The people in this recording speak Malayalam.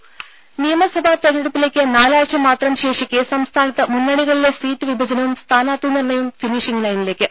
രും നിയമസഭാ തെരഞ്ഞെടുപ്പിലേക്ക് നാലാഴ്ച്ച മാത്രം ശേഷിക്കെ സംസ്ഥാനത്ത് മുന്നണികളിലെ സീറ്റ് വിഭജനവും സ്ഥാനാർത്ഥി നിർണയവും ഫിനിഷിങ്ങ് ലൈനിലേക്ക്